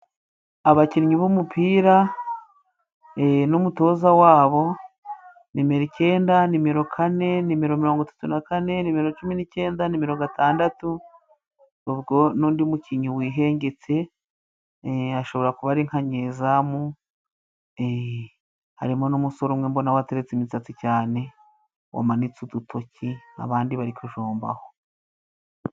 Abakinnyi b'umupira n'umutoza wabo, nimero icyenda, nimero kane, nimero mirongo itatu na kane, nimero cumi n'icyenda, nimero gatandatu, ubwo n'undi mukinnyi wihengetse, ashobora kuba ari nka nyezamu, harimo n'umusore umwe mbona wateretse imisatsi cyane wamanitse udutoki, abandi bari kujombaho.